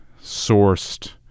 sourced